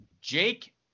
Jake